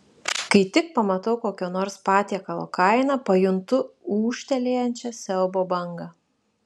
kai tik pamatau kokio nors patiekalo kainą pajuntu ūžtelėjančią siaubo bangą